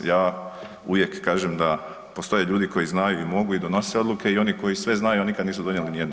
Ja uvijek kažem da postoje ljudi koji znaju i mogu i donose odluke i oni koji sve znaju, a nikad nisu donijeli nijednu.